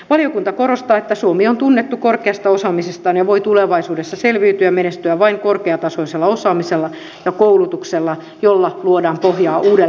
valiokunta korostaa että suomi on tunnettu korkeasta osaamisestaan ja voi tulevaisuudessa selviytyä ja menestyä vain korkeatasoisella osaamisella ja koulutuksella jolla luodaan pohjaa uudelle kasvulle